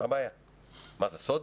זה סוד?